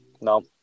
no